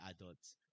adults